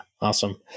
Awesome